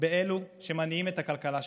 באלו שמניעים את הכלכלה שלנו.